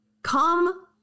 Come